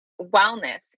wellness